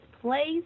place